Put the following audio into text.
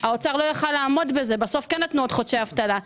האוצר לא יכול היה לעמוד בזה ובסוף כן נתנו עוד חודשי אבטלה.